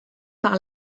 par